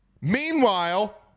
meanwhile